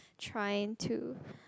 trying to